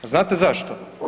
Znate zašto?